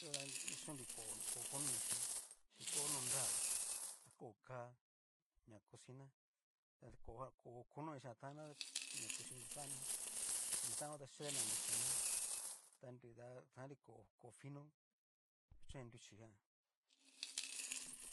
Yo ta kuchon nri koó kono inixi xin koó no nrá, koó ká ña cosina, ta kojan koó kono inichijan tan'na la kuchi ni nrixano chi ni nrixano ta yetena nruchiná ta nu ta tan'nri koó fino kuchoin nruchi jan,